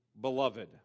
beloved